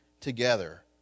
together